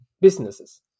businesses